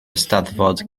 eisteddfod